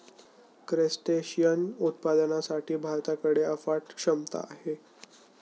crustacean उत्पादनासाठी भारताकडे अफाट क्षमता आहे